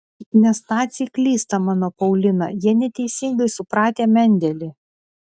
nes naciai klysta mano paulina jie neteisingai supratę mendelį